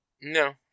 No